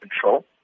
control